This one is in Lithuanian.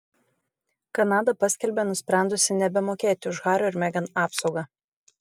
kanada paskelbė nusprendusi nebemokėti už hario ir megan apsaugą